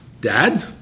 Dad